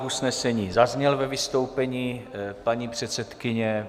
Návrh usnesení zazněl ve vystoupení paní předsedkyně.